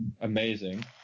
amazing